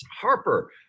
Harper